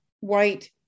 white